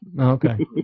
Okay